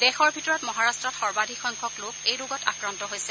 দেশৰ ভিতৰত মহাৰাট্টত সৰ্বাধিক সংখ্যক লোক এই ৰোগত আক্ৰান্ত হৈছে